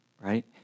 right